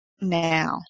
now